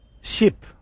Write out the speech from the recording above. Ship